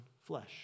flesh